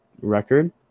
record